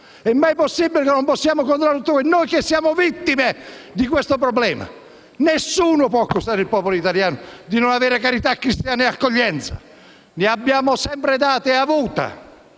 È mai possibile che non possiamo controllare tutto questo, noi che siamo vittime del problema? Nessuno può accusare il popolo italiano di non avere carità cristiana e accoglienza. Ne abbiamo sempre date e avute